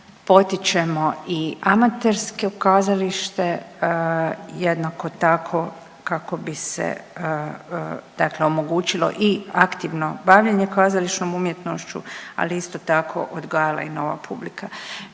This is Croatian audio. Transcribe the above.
potičemo i amatersko kazalište, jednako tako kako bi se dakle omogućilo i aktivno bavljenje kazališnom umjetnošću, ali isto tako odgajala i nova publika.